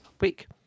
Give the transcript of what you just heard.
week